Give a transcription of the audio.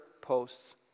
posts